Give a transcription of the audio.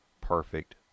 perfect